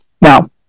Now